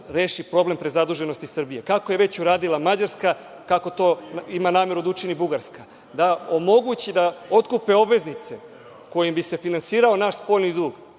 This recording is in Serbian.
problem prezaduženosti Srbije, kako je već uradila Mađarska, kako to ima nameru da učini Bugarska - da omogući da otkupe obveznice kojim bi se finansirao naš spoljni dug